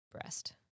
breast